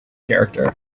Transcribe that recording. character